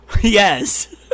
yes